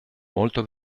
molto